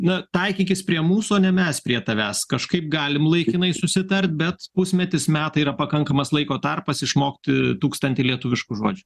na taikykis prie mūsų o ne mes prie tavęs kažkaip galim laikinai susitart bet pusmetis metai yra pakankamas laiko tarpas išmokti tūkstantį lietuviškų žodžių